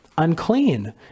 unclean